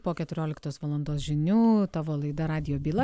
po keturioliktos valandos žinių tavo laida radijo byla